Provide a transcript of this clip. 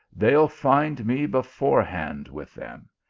they ll find me before hand with them.